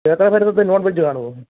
ക്ഷേത്രപരിസരത്ത് non veg കാണുമോ